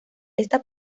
esta